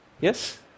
Yes